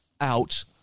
out